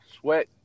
sweat